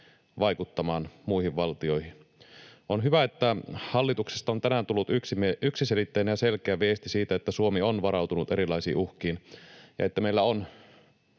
vaikuttamaan muihin valtioihin. On hyvä, että hallituksesta on tänään tullut yksiselitteinen ja selkeä viesti siitä, että Suomi on varautunut erilaisiin uhkiin ja että meillä on